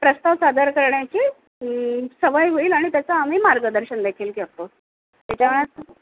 प्रस्ताव सादर करण्याची सवय होईल आणि त्याचं आम्ही मार्गदर्शन देखील करतो त्याच्यामुळे